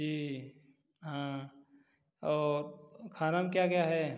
जी हाँ और खाना में क्या क्या है